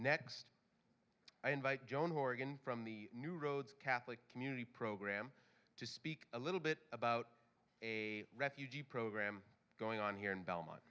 next i invite john horgan from the new roads catholic community program to speak a little bit about a refugee program going on here in belmo